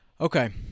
Okay